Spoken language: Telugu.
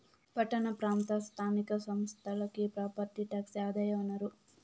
పట్టణ ప్రాంత స్థానిక సంస్థలకి ప్రాపర్టీ టాక్సే ఆదాయ వనరు